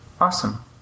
Awesome